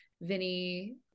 Vinny